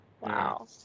wow